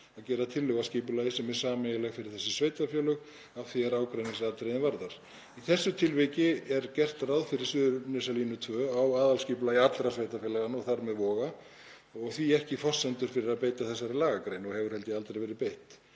að gera tillögu að skipulagi sem er sameiginlegt fyrir þessi sveitarfélög að því er ágreiningsatriðin varðar. Í þessu tilviki er gert ráð fyrir Suðurnesjalínu 2 á aðalskipulagi allra sveitarfélaganna og þar með Voga og því ekki forsendur fyrir að beita þessari lagagrein og henni hefur, held ég, aldrei verið beitt.